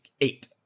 eight